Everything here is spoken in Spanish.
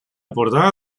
portada